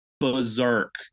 berserk